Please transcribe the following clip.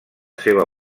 seva